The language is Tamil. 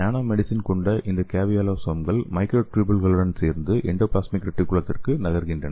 நானோமெடிசின் கொண்ட இந்த கேவியோசோம்கள் மைக்ரோடூபூல்களுடன் சேர்ந்து எண்டோபிளாஸ்மிக் ரெட்டிகுலத்திற்கு நகர்கின்றன